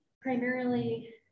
primarily